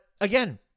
again